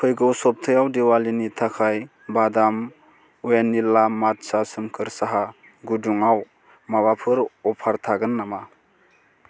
फैगौ सबथायाव दिवालीनि थाखाय बादाम भेनिला माट्चा सोमखोर साहा गुन्दैआव माबाफोर अफार थागोन नामा